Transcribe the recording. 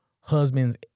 husbands